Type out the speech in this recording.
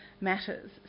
Matters